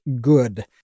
good